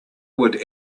would